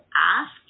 ask